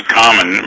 common